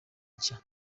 nshya